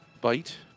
bite